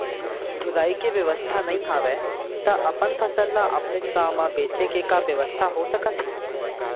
ढुलाई के बेवस्था नई हवय ता अपन फसल ला अपनेच गांव मा बेचे के का बेवस्था हो सकत हे?